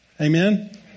Amen